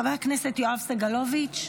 חבר הכנסת יואב סגלוביץ'.